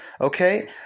Okay